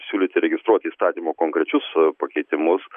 siūlyti registruoti įstatymo konkrečius pakeitimus